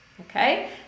okay